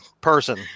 person